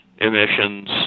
emissions